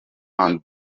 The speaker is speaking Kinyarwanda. hand